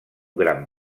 gran